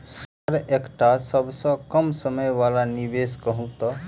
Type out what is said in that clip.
Sir एकटा सबसँ कम समय वला निवेश कहु तऽ?